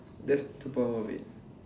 that's super worth it